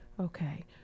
okay